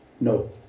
no